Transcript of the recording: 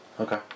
Okay